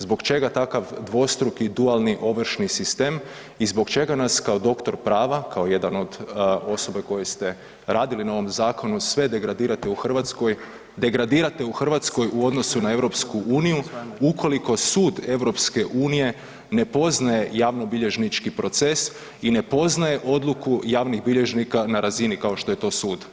Zbog čega takav dvostruki dualni ovršni sistem i zbog čega nas kao doktor prava, kao jedan od osobe koje ste radi na ovom zakonu sve degradirate u Hrvatskoj, degradirate u Hrvatskoj u odnosu na EU ukoliko Sud EU ne poznaje javnobilježnički proces i ne poznaje odluku javnih bilježnika na razini kao što je to sud?